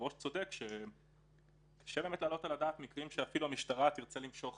היושב-ראש צודק שקשה להעלות על הדעת מקרים שהמשטרה תרצה למשוך